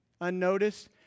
unnoticed